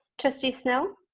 trustee snell.